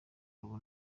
ubu